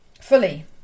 fully